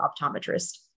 optometrist